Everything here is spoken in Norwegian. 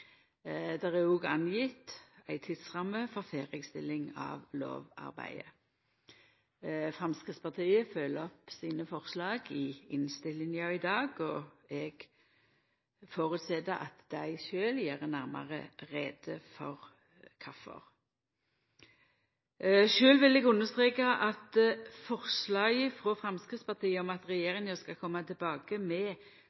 Det er også ført opp ei tidsramme for ferdigstilling av lovarbeidet. Framstegspartiet følgjer opp sine forslag i innstillinga i dag, og eg føreset at dei sjølve gjer nærmare greie for kvifor. Sjølv vil eg understreka at forslaget frå Framstegspartiet om at